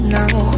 now